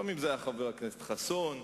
לפעמים זה היה חבר הכנסת חסון,